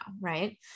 right